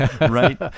Right